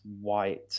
white